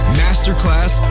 masterclass